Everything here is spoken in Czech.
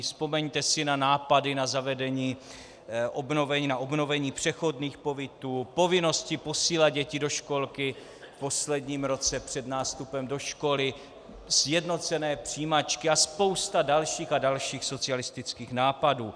Vzpomeňte si na nápady na obnovení přechodných pobytů, povinnosti posílat děti do školky v posledním roce před nástupem do školy, sjednocené přijímačky a spousta dalších a dalších socialistických nápadů.